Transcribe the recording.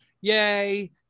Yay